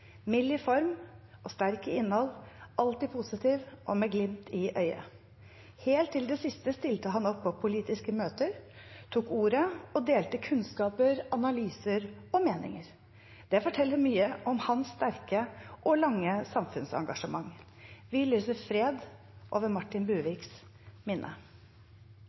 i form og sterk i innhold, alltid positiv og med glimt i øyet. Helt til det siste stilte han opp på politiske møter, tok ordet og delte kunnskaper, analyser og meninger. Det forteller mye om hans sterke og lange samfunnsengasjement. Vi lyser fred over Martin Buviks minne.